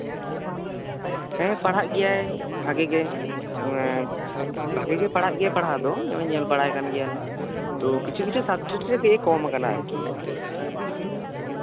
ᱦᱮᱸ ᱯᱟᱲᱦᱟᱜ ᱜᱮᱭᱟᱭ ᱵᱷᱟᱜᱮ ᱜᱮ ᱯᱟᱲᱦᱟᱜ ᱜᱮᱭᱟᱭ ᱯᱟᱲᱦᱟᱣ ᱫᱚ ᱱᱚᱜᱼᱚᱭ ᱧᱮᱞ ᱵᱟᱲᱟᱭ ᱠᱟᱱ ᱜᱮᱭᱟᱞᱮ ᱠᱤᱪᱷᱩ ᱠᱤᱪᱷᱩ ᱥᱟᱵᱡᱮᱠᱴᱨᱮ ᱠᱚᱢ ᱠᱟᱱᱟ ᱟᱨᱠᱤ